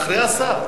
אחרי השר.